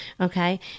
okay